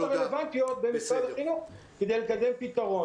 הרלוונטיות במשרד החינוך כדי לקדם פתרון.